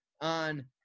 on